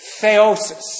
theosis